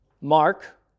Mark